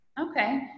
Okay